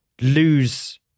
lose